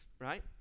right